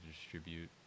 distribute